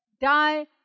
Die